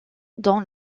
dans